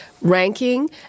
ranking